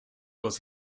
was